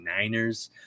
49ers